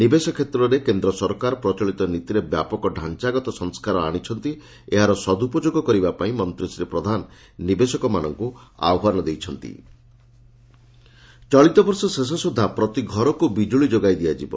ନିବେଶ କେତ୍ରରେ କେନ୍ଦ୍ର ସରକାର ପ୍ରଚଳିତ ନୀତିରେ ବ୍ୟାପକ ଡ଼ାଞାଗତ ସଂସ୍କାର ଆଣିଛନ୍ତି ଏହାର ସଦୁପଯୋଗ କରିବା ପାଇଁ ମନ୍ତୀ ଶ୍ରୀ ପ୍ରଧାନ ନିବେଶକମାନଙ୍କୁ ଆହ୍ୱାନ ଜଣାଇଛନ୍ତି ସବୁ ଘରକୁ ବିଜ୍ରଳି ଚଳିତବର୍ଷ ଶେଷସୁଦ୍ଧା ପ୍ରତି ଘରକୁ ବିଜୁଳି ଯୋଗାଇ ଦିଆଯିବ